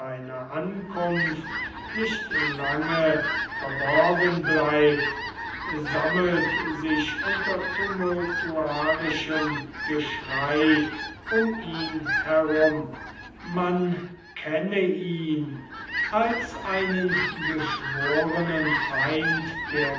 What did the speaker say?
ankunft nicht lange verborgen bleibt sammelt sich unter tumultuarischem geschrei um ihn herum man kenne ihn als einen geschworenen feind der